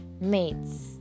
mates